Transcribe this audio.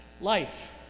life